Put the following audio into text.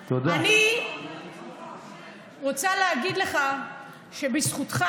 אני לא מדברת.